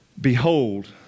Behold